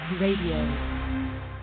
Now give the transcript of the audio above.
Radio